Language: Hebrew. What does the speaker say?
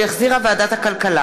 שהחזירה ועדת הכלכלה,